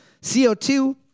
CO2